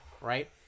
right